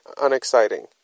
unexciting